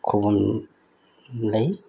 ꯈꯨꯕꯝ ꯂꯩ